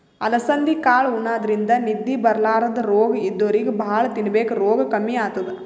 ಅಲಸಂದಿ ಕಾಳ್ ಉಣಾದ್ರಿನ್ದ ನಿದ್ದಿ ಬರ್ಲಾದ್ ರೋಗ್ ಇದ್ದೋರಿಗ್ ಭಾಳ್ ತಿನ್ಬೇಕ್ ರೋಗ್ ಕಮ್ಮಿ ಆತದ್